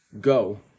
Go